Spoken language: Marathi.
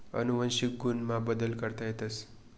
अनुवंशिक गुण मा बदल करता येस